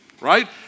right